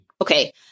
Okay